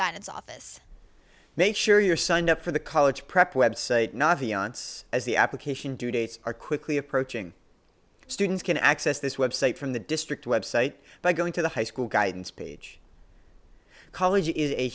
guidance office make sure you're signed up for the college prep website not the onse as the application due dates are quickly approaching students can access this website from the district website by going to the high school guidance page college is a